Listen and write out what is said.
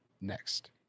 Next